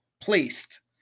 placed